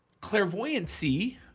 clairvoyancy